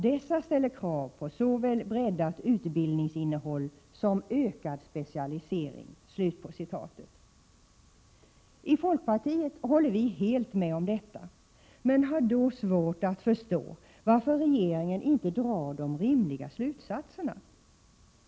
Dessa ställer krav på såväl breddat utbildningsinnehåll som ökad specialisering.” I folkpartiet håller vi helt med om detta men har svårt att förstå varför regeringen då inte drar de rimliga slutsatserna.